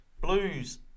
Blues